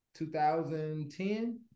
2010